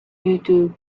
youtube